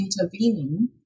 intervening